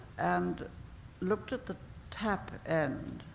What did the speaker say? and looked at the tap end,